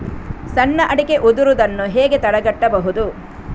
ಸಣ್ಣ ಅಡಿಕೆ ಉದುರುದನ್ನು ಹೇಗೆ ತಡೆಗಟ್ಟಬಹುದು?